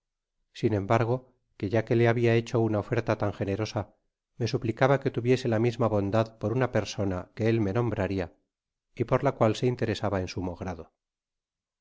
sin embargo que ya que le habia hecho una oferta tan generosa me suplicaba que tuviese la misma bondad por una persona que él me nombraria y por la cual se interesaba en sumo grado